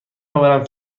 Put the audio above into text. آورم